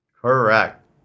Correct